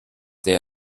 der